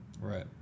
Right